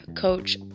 Coach